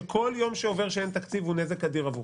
שכל יום שעובר שאין תקציב הוא נזק אדיר עבורם.